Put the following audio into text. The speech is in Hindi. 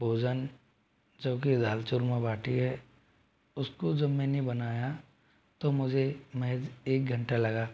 भोजन जो की दाल चूरमा बाटी है उस को जब मैंने बनाया तो मुझे महज़ एक घंटा लगा